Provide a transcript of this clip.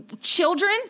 children